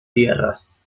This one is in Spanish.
tierras